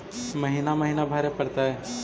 महिना महिना भरे परतैय?